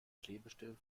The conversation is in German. klebestift